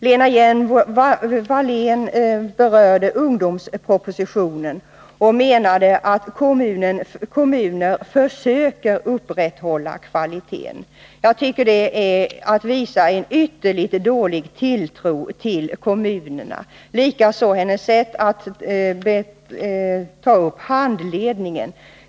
Lena Hjelm-Wallén berörde ungdomspropositionen och menade att kommuner försöker upprätthålla kvaliteten. Jag tycker att det är att visa en ytterligt dålig tilltro till kommunerna, och detsamma gäller hennes sätt att ta upp handledningen.